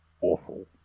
awful